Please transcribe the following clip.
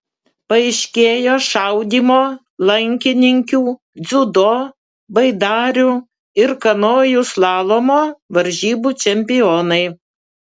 paaiškėjo šaudymo lankininkių dziudo baidarių ir kanojų slalomo varžybų čempionai